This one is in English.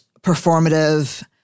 performative